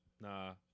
nah